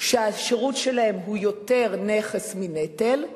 שהשירות שלהם הוא יותר נכס מנטל,